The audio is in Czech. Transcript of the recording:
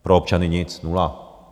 Pro občany nic, nula.